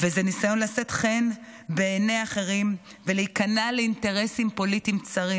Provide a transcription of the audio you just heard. וזה ניסיון לשאת חן בעיני אחרים ולהיכנע לאינטרסים פוליטיים צרים.